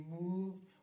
moved